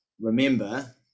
remember